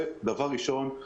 זה דבר ראשון,